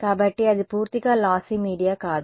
కాబట్టి అది పూర్తిగా లాస్సి మీడియా కాదు